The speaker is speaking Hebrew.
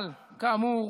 אבל כאמור,